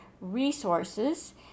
resources